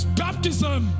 baptism